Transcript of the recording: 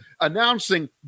announcing